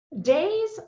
Days